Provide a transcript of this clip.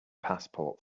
passport